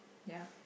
ya